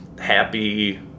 happy